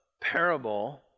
parable